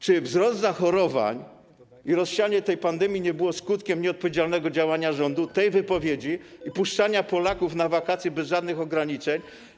Czy wzrost zachorowań i rozsianie tej pandemii nie było skutkiem nieodpowiedzialnego działania rządu, tej wypowiedzi i puszczania Polaków na wakacje bez żadnych ograniczeń?